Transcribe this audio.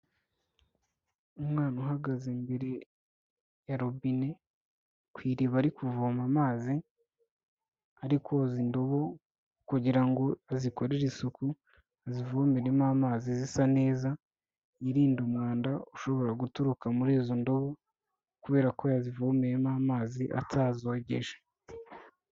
Umwana uhagaze imbere ya robine ku iriba ari kuvoma amazi, ari koza indobo kugira ngo azikorere isuku azivomeremo amazi zisa neza, yirinde umwanda ushobora guturuka muri izo ndobo kubera ko yazivomeyemo amazi atazogeje.